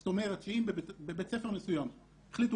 זאת אומרת שאם בבית ספר מסוים החליטו